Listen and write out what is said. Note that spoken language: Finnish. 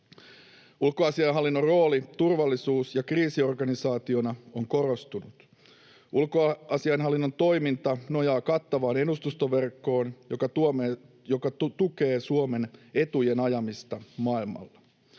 Ulkoasiainhallinnon rooli turvallisuus- ja kriisiorganisaationa on korostunut. Ulkoasiainhallinnon toiminta nojaa kattavaan edustustoverkkoon, joka tukee Suomen etujen ajamista maailmalla.